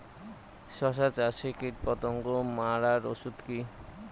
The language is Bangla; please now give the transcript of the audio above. শসা চাষে কীটপতঙ্গ মারার ওষুধ কি?